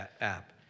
app